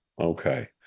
Okay